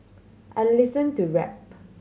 I listen to rap